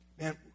Man